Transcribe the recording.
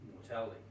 mortality